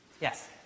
yes